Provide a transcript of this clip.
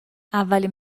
اولین